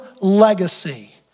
legacy